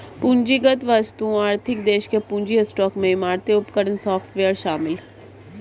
पूंजीगत वस्तुओं आर्थिक देश के पूंजी स्टॉक में इमारतें उपकरण सॉफ्टवेयर शामिल हैं